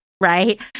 right